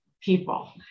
people